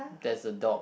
there's a dog